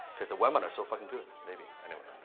because the webinar's so fucking good, maybe. anyway,